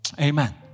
Amen